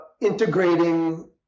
integrating